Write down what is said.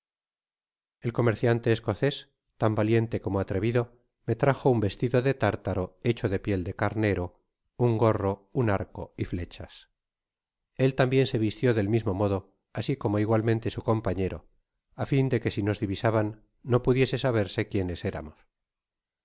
el comerciante escocés tan valiente como atrevido me trajo un vestido de tártaro hecho da piel de carnero un gorro un arco y flechas el tambien se vistio del mismo modo asi como igualmente su compañero á fin de que si nos divisaban no pudiese saberse quiénes éramos